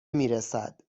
میرسد